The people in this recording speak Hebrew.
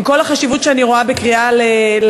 עם כל החשיבות שאני רואה בקריאה לממונה